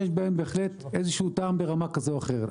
יש בהם טעם ברמה כזאת או אחרת.